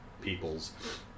peoples